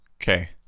Okay